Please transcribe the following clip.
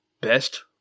Best